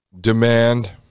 demand